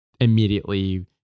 immediately